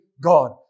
God